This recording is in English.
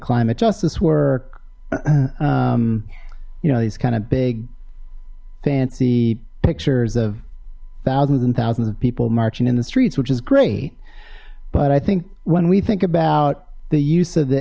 climate justice work you know these kind of big fancy pictures of thousands and thousands of people marching in the streets which is great but i think when we think about the use of the